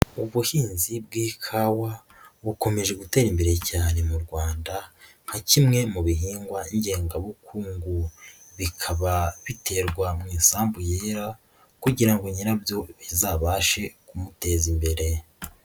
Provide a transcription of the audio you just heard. Ubuhinzi bw'ikawa bukomeje gutera imbere cyane mu Rwanda nka kimwe mu bihingwa ngengabukungu, bikaba biterwa mu isambu yera kugira ngo nyirabyo bizabashe kumuteza imbere.